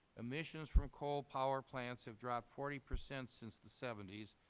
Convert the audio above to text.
emissions from coal power plants has dropped forty percent since the seventies,